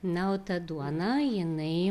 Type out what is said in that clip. na o ta duona jinai